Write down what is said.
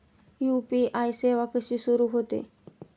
UPI सेवा कशी सुरू होते?